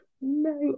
no